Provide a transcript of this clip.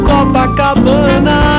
Copacabana